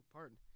Pardon